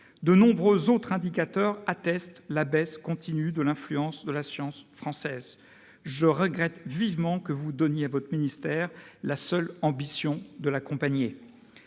De nombreux autres indicateurs attestent la baisse continue de l'influence de la science française. Je regrette vivement que vous donniez à votre ministère la seule ambition de l'accompagner.